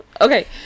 Okay